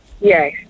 Yes